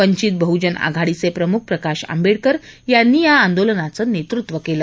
वंचित बहुजन आघाडीचे प्रमुख प्रकाश आंबेडकर यांनी या आंदोलनांचं नेतृत्व केलं